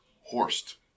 Horst